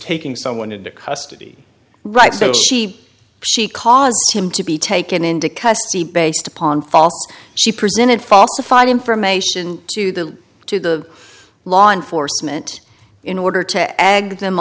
taking someone into custody right so he she caused him to be taken into custody based upon false she presented falsified information to the to the law enforcement in order to egg them